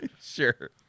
Sure